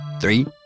Three